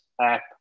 app